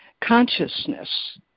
consciousness